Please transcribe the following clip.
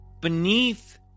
beneath